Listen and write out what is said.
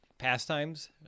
pastimes